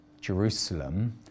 Jerusalem